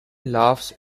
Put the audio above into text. laughs